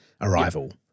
arrival